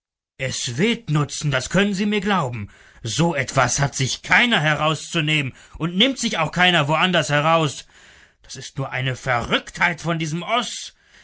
es wird nutzen das können sie mir glauben so etwas hat sich keiner herauszunehmen und nimmt sich auch keiner woanders heraus das ist nur eine verrücktheit von diesem oß